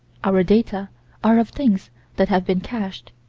our data are of things that have been cached,